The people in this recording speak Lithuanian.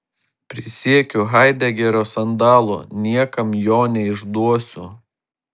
prisiekiu haidegerio sandalu niekam jo neišduosiu